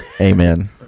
Amen